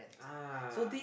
ah